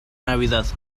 navidad